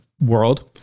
world